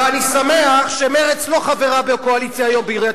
ואני שמח שמרצ לא חברה בקואליציה היום בעיריית